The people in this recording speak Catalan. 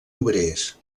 obrers